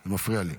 זה מפריע לי.